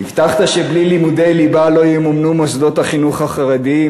1. הבטחת שבלי לימודי ליבה לא ימומנו מוסדות החינוך החרדיים,